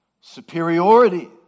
superiority